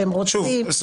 שהם רוצים?